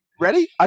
Ready